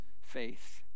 faith